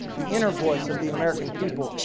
the inner voice of the american people.